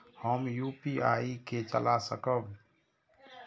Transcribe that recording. हम यू.पी.आई के चला सकब?